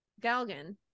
Galgan